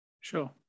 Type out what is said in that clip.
Sure